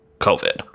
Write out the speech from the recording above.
COVID